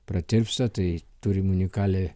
pratirpsta tai turim unikalią